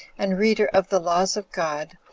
and reader of the laws of god,